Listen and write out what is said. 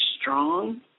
strong